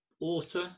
author